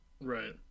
right